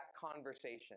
conversation